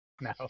No